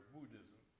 Buddhism